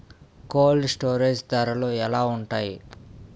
Cold storage ధరలు ఎలా ఉంటాయి?